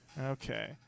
Okay